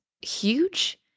huge